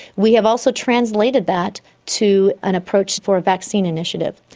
we have also translated that to an approach for a vaccine initiative.